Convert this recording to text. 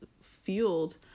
fueled